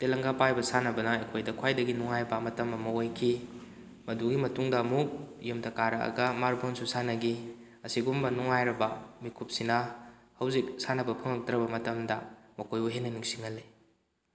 ꯇꯦꯂꯪꯀꯥ ꯄꯥꯏꯕ ꯁꯥꯟꯅꯕꯅ ꯑꯩꯈꯣꯏꯗ ꯈ꯭ꯋꯥꯏꯗꯒꯤ ꯅꯨꯡꯉꯥꯏꯕ ꯃꯇꯝ ꯑꯃ ꯑꯣꯏꯈꯤ ꯃꯗꯨꯒꯤ ꯃꯇꯨꯡꯗ ꯑꯃꯨꯛ ꯌꯨꯝꯗ ꯀꯥꯔꯛꯂꯒ ꯃꯥꯔꯕꯣꯜꯁꯨ ꯁꯥꯟꯅꯈꯤ ꯑꯁꯤꯒꯨꯝꯕ ꯅꯨꯡꯉꯥꯏꯔꯕ ꯃꯤꯀꯨꯞꯁꯤꯅ ꯍꯧꯖꯤꯛ ꯁꯥꯟꯅꯕ ꯐꯪꯂꯛꯇ꯭ꯔꯕ ꯃꯇꯝꯗ ꯃꯈꯣꯏꯕꯨ ꯍꯦꯟꯅ ꯅꯤꯡꯁꯤꯡꯍꯜꯂꯤ